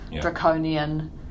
draconian